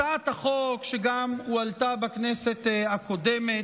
הצעת החוק, שהועלתה גם בכנסת הקודמת,